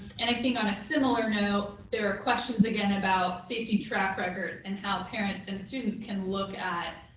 and i think on a similar note, there are questions again about safety track records and how parents and students can look at